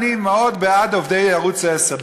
אני מאוד בעד עובדי ערוץ 10,